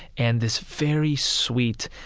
and this very sweet,